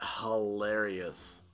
hilarious